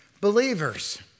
believers